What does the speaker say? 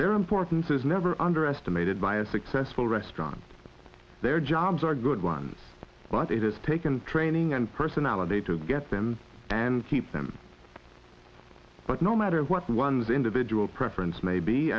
their importance is never underestimated by a successful restaurant their jobs are good ones but it has taken training and personality to get them and keep them but no matter what one's individual preference may be